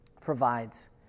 provides